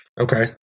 Okay